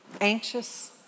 anxious